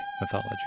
mythology